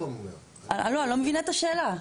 אני לא מבינה את השאלה.